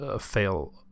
fail